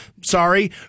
sorry